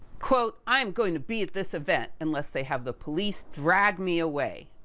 quote, i'm going to be at this event, unless, they have the police drag me away.